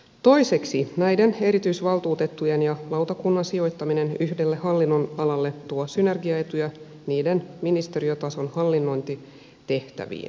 toiseksi näiden erityisvaltuutettujen ja lautakunnan sijoittaminen yhdelle hallinnonalalle tuo synergiaetuja niiden ministeriötason hallinnointitehtäviin